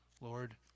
Lord